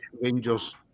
Rangers